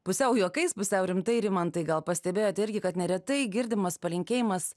pusiau juokais pusiau rimtai rimantai gal pastebėjote irgi kad neretai girdimas palinkėjimas